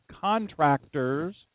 contractors